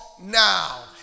now